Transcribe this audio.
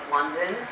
London